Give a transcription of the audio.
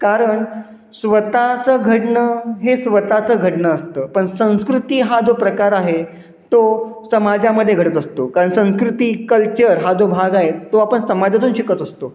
कारण स्वतःचं घडणं हे स्वतःचं घडणं असतं पण संस्कृती हा जो प्रकार आहे तो समाजामध्ये घडत असतो कारण संस्कृती कल्चर हा जो भाग आहे तो आपण समाजातून शिकत असतो